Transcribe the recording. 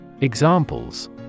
Examples